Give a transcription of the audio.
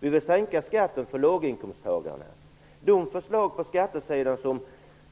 Vi vill sänka skatten för låginkomsttagarna. De förslag på skattesidan som